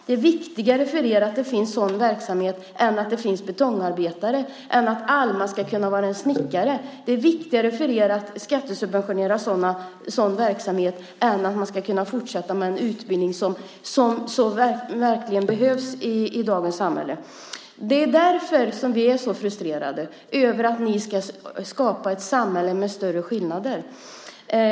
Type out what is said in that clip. Det är viktigare för er att det finns en sådan verksamhet än att det finns betongarbetare eller att Alma ska kunna vara snickare. Det är viktigare för er att skattesubventionera sådan verksamhet än att fortsätta med en utbildning som verkligen behövs i dagens samhälle. Det är därför som vi är så frustrerade över att ni ska skapa ett samhälle med större skillnader.